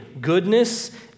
goodness